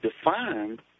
defined